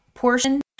portion